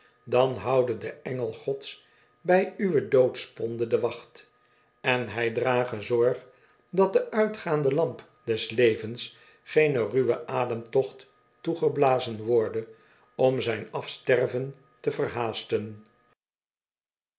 dan houde de engel gods bij uwe doodsponde de wacht en hij drage zorg dat de uitgaande lamp des levens geen ruwe ademtocht toegeblazen worde om zijn afsterven te verhaasten